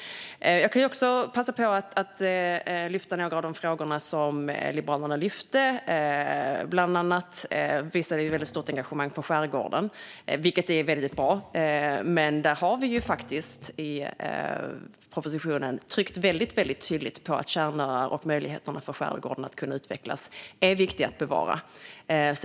Jag kan också passa på att ta upp några av de frågor som Liberalerna lyft fram. Bland annat visar Liberalerna ett väldigt stort engagemang för skärgården, vilket är mycket bra. Men vi har faktiskt i propositionen tryckt väldigt tydligt på att kärnöarna och möjligheterna för skärgården att utvecklas är viktiga att bevara.